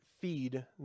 feed